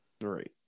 Right